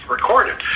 recorded